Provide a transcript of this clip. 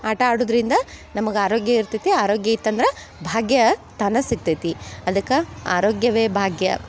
ಆಟ ಆಡುವುದ್ರಿಂದ ನಮಗ್ ಆರೋಗ್ಯ ಇರ್ತೈತಿ ಆರೋಗ್ಯ ಇತ್ತಂದ್ರೆ ಭಾಗ್ಯ ತಾನೇ ಸಿಗ್ತೈತಿ ಅದಕ್ಕೆ ಆರೋಗ್ಯವೇ ಭಾಗ್ಯ